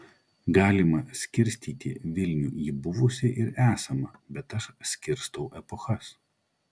galima skirstyti vilnių į buvusį ir esamą bet aš skirstau epochas